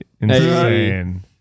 insane